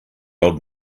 old